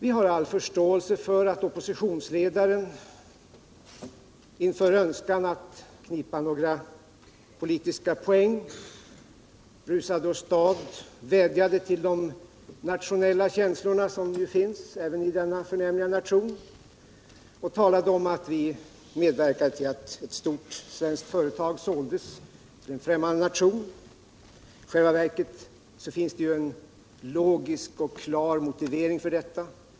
Vi har all förståelse för att oppositionsledaren i sin önskan att knipa några politiska poäng rusade åstad och vädjade till de nationella känslor som ju finns även i denna förnämliga nation och talade om att vi medverkade till att ett stort svenskt företag såldes till en främmande nation. I själva verket finns det en logisk och klar motivering för detta.